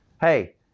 Hey